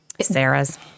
Sarah's